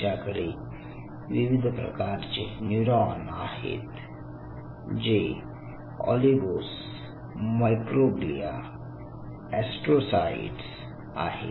तुमच्याकडे विविध प्रकारचे न्यूरॉन आहेत जे ऑलिगोस मायक्रोग्लिया एस्ट्रोसाइट्स आहेत